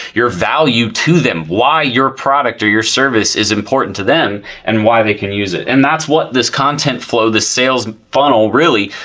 your value to them. why your product or your service is important to them and why they can use it and that's what this content flow, this sales funnel really,